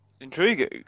Intriguing